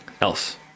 else